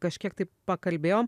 kažkiek tai pakalbėjom